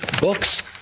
books